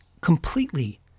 completely